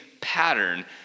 pattern